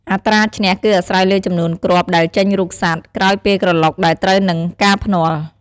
អត្រាឈ្នះ គឺអាស្រ័យលើចំនួនគ្រាប់ដែលចេញរូបសត្វ ក្រោយពេលក្រឡុកដែលត្រូវនឹងការភ្នាល់។